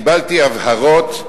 קיבלתי הבהרות,